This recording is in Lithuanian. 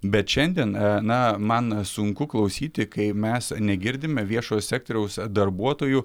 bet šiandien na man sunku klausyti kai mes negirdime viešojo sektoriaus darbuotojų